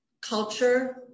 culture